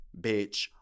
bitch